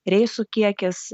reisų kiekis